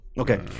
Okay